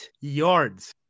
yards